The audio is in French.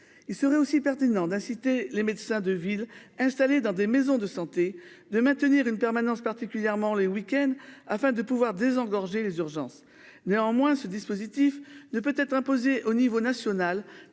il serait aussi pertinent d'inciter les médecins de ville installés dans des maisons de santé de maintenir une permanence particulièrement les week-end afin de pouvoir désengorger les urgences. Néanmoins, ce dispositif ne peut être imposée au niveau national